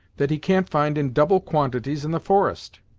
that he can't find in double quantities in the forest?